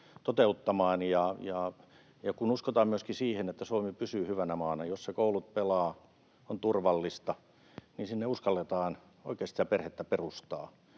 toteuttamaan, ja kun uskotaan myöskin siihen, että Suomi pysyy hyvänä maana, jossa koulut pelaavat ja on turvallista, niin uskalletaan oikeasti sitä perhettä perustaa,